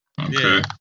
Okay